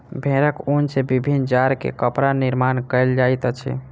भेड़क ऊन सॅ विभिन्न जाड़ के कपड़ा निर्माण कयल जाइत अछि